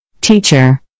Teacher